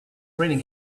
raining